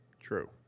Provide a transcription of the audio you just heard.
True